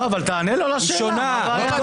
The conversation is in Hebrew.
לא, אבל תענה לו לשאלה, מה הבעיה?